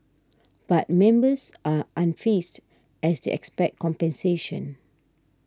but members are unfazed as they expect compensation